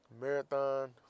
Marathon